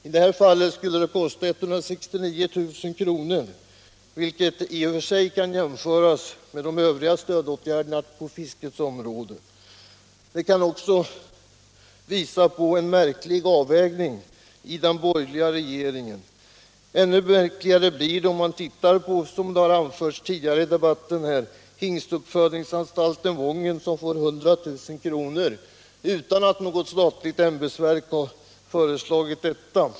I det här fallet skulle det kosta 169 000 kr., vilket i och för sig kan jämföras med de övriga stödåtgärderna på fiskets område. Det kan också visa på en märklig avvägning i den borgerliga regeringen. Ännu märkligare blir det om man tittar på, som har anförts tidigare i debatten, hingstuppfödningsanstalten Wången som får 100 000 kr., utan att något statligt ämbetsverk har föreslagit detta.